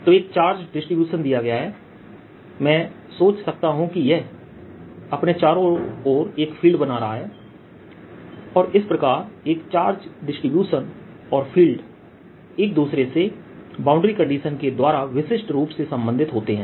तो एक charge distribution दिया गया है मैं सोच सकता हूं कि यह अपने चारों एक फील्ड बना रहा है और इस प्रकार एक चार्ज डिसटीब्यूशन और फील्ड एक दूसरे से बाउंड्री कंडीशन के द्वारा विशिष्ट रूप से संबंधित होते हैं